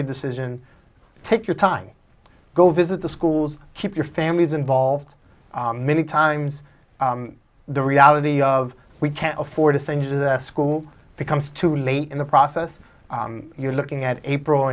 you decision take your time go visit the schools keep your families involved many times the reality of we can't afford to send you to that school becomes too late in the process you're looking at a pr